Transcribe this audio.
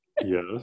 Yes